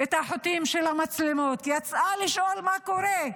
את החוטים של המצלמות, יצאה לשאול מה קורה,